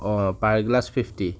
per glass fifty